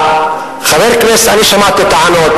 חברי הכנסת, אני שמעתי טענות.